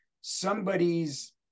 somebody's